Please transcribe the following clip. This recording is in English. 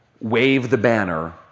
wave-the-banner